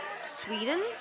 Sweden